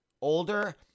older